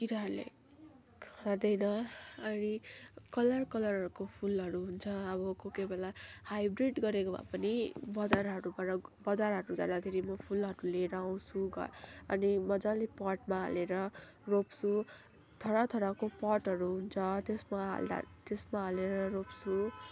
किराहरूले खाँदैन अनि कलर कलरहरूको फुलहरू हुन्छ अब कोही कोही बेला हाइब्रिड गरेको भए पनि बजारहरूबाट बजारहरू जाँदाखेरि म फुलहरू लिएर आउँछु घर अनि मजाले पटमा हालेर रोप्छु तरह तरहको पटहरू हुन्छ त्यसमा हाल्दा त्यसमा हालेर रोप्छु